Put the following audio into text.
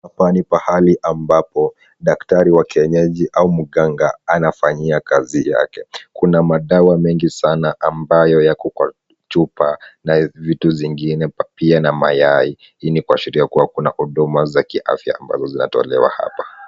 Hapa ni pahali ambapo daktari wa kienyeji au mganga anafanyia kazi yake. Kuna madawa mengi sana ambayo yapo kwa chupa na vitu vingine pia na mayai. Hii ni kuashiria kuwa kuna huduma za kiafya ambazo zinatolewa hapa.